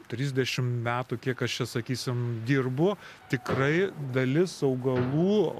trisdešimt metų kiek aš čia sakysim dirbu tikrai dalis augalų